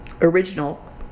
original